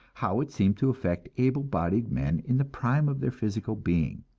how it seemed to affect able-bodied men in the prime of their physical being.